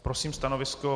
Prosím o stanovisko.